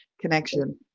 connection